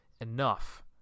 enough